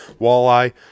walleye